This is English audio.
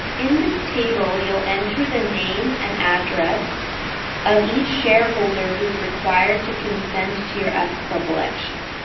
in this table, you'll enter the name and address of each shareholder who's required to consent to your ah s-corp election.